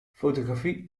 fotografie